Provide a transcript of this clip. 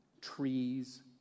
trees